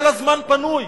היה לה זמן פנוי,